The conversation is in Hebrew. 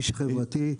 איש חברתי,